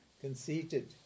Conceited